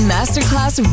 Masterclass